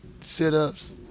sit-ups